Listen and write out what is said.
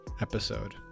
episode